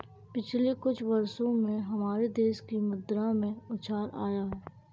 पिछले कुछ वर्षों में हमारे देश की मुद्रा में उछाल आया है